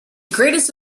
greatest